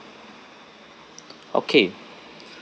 okay